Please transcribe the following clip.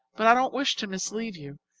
but i don't wish to mislead you.